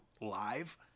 live